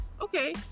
Okay